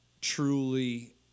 truly